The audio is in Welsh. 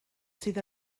sydd